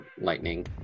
lightning